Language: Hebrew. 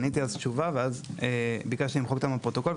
עניתי אז תשובה ואז ביקשתי למחוק אותה מהפרוטוקול,